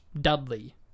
dudley